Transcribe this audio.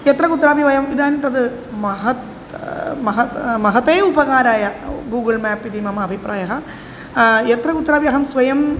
यत्र कुत्रापि वयम् इदानीं तद् महत् महत् महते उपकाराय गूगुळ् मेप् इति मम अभिप्रायः यत्र कुत्रापि अहं स्वयं